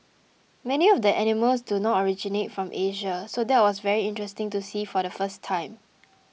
many of the animals do not originate from Asia so that was very interesting to see for the first time